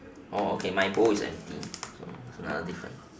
oh okay my bowl is empty so another difference